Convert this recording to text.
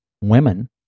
Women